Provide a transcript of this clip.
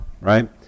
right